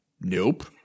nope